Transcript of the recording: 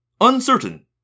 Uncertain